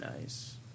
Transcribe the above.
Nice